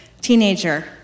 teenager